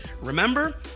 Remember